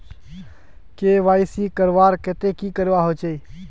KYC करवार केते की करवा होचए?